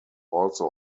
also